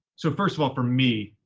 so first of all, for me,